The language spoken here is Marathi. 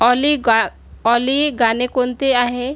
ऑली गा ऑली गाणे कोणते आहे